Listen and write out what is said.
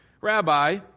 Rabbi